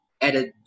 edit